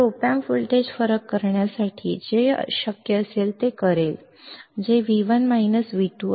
तर op amp voltage फरक करण्यासाठी जे शक्य असेल ते करेल जे V1 V2 असेल 0